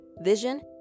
vision